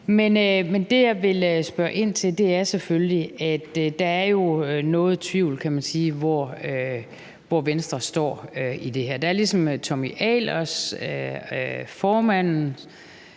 Men det, jeg vil spørge ind til, er selvfølgelig, at der jo er noget tvivl, kan man sige, om, hvor Venstre står i det her. Der er ligesom siden med Tommy Ahlers, formanden